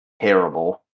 terrible